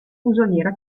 fusoliera